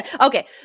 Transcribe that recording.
Okay